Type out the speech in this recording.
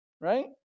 right